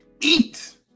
Eat